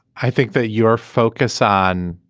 i think that your focus on